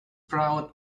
proud